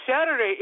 Saturday